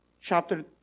Chapter